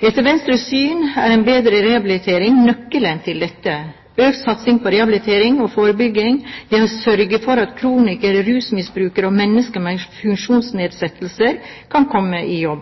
Etter Venstres syn er en bedre rehabilitering nøkkelen til dette – økt satsing på rehabilitering og forebygging ved å sørge for at kronikere, rusmisbrukere og mennesker med funksjonsnedsettelser kan komme i jobb.